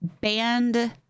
banned